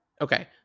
Okay